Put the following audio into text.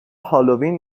هالوین